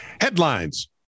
Headlines